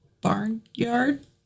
barnyard